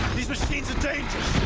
these machines are dangerous!